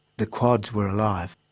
the quads were alive.